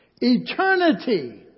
Eternity